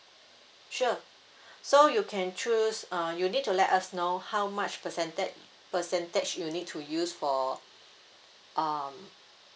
sure so you can choose uh you need to let us know how much percenta~ percentage you need to use for um